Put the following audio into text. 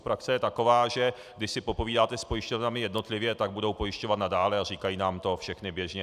Praxe je taková, že když si popovídáte s pojišťovnami jednotlivě, tak budou pojišťovat nadále a říkají nám to všechny běžně.